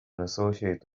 associate